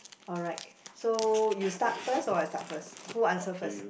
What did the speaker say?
alright so you start first or I start first who answer first